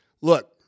Look